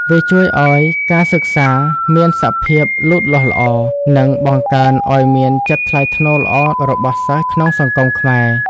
វាជួយឲ្យការសិក្សាមានសភាពលូតលាស់ល្អ និងបង្កើនឱ្យមានចិត្តថ្លៃថ្នូរល្អរបស់សិស្សក្នុងសង្គមខ្មែរ។